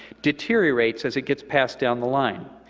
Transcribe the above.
deteriorates as it gets passed down the line.